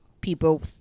people